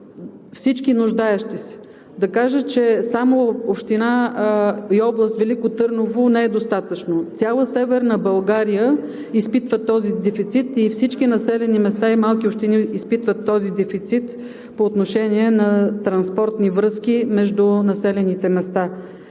всички нуждаещи се, да кажа, че само за област Велико Търново не е достатъчно. Цяла Северна България изпитва този дефицит и всички населени места и малки общини изпитват този дефицит по отношение на транспортни връзки между населените места.